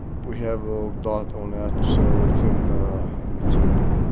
we have a lot on that. so it's in it's in